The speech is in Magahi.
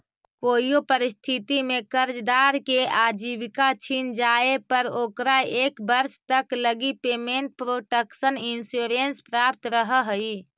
कोइयो परिस्थिति में कर्जदार के आजीविका छिन जाए पर ओकरा एक वर्ष तक लगी पेमेंट प्रोटक्शन इंश्योरेंस प्राप्त रहऽ हइ